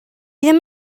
ddim